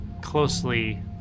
closely